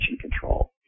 control